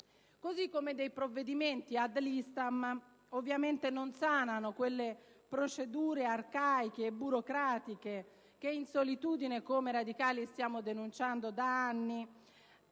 modo, i provvedimenti «ad listam», ovviamente, non sanano quelle procedure arcaiche e burocratiche che in solitudine, come radicali, stiamo denunciando da anni